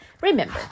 Remember